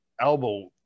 elbow